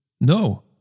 No